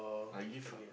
I give ah